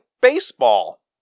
baseball